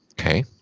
Okay